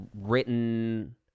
written